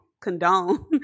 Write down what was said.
condone